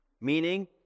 Meaning